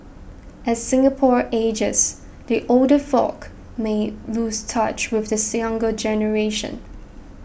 as Singapore ages the older folk may lose touch with this younger generation